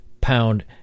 pound